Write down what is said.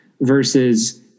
versus